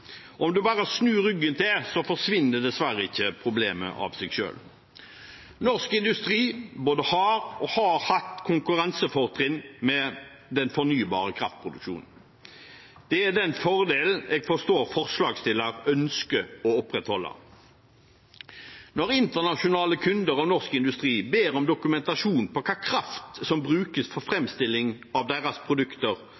Om man bare snur ryggen til, forsvinner dessverre ikke problemet av seg selv. Norsk industri både har og har hatt konkurransefortrinn med den fornybare kraftproduksjonen. Det er den fordelen jeg forstår forslagsstiller ønsker å opprettholde. Når internasjonale kunder og norsk industri ber om dokumentasjon på hva slags kraft som brukes for